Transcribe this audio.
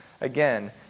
again